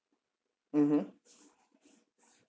mmhmm